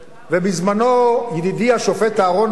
ובזמנו ידידי השופט אהרן ברק,